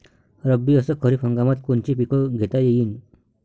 रब्बी अस खरीप हंगामात कोनचे पिकं घेता येईन?